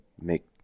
make